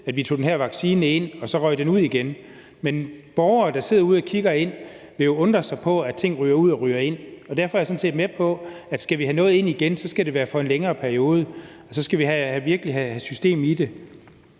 at vi tog den her vaccine ind, og så røg den ud igen. Men borgere, der sidder derude og kigger ind, vil jo undre sig over, at ting ryger ud og ryger ind, og derfor er jeg sådan set med på, at skal vi have noget ind igen, skal det være for en længere periode, og så skal vi virkelig have system i det.